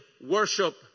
worship